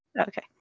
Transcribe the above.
Okay